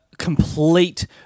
complete